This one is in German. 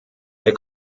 der